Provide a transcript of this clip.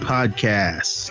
Podcast